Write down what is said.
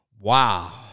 wow